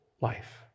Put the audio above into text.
life